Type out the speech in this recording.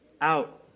out